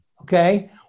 okay